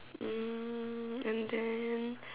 um and then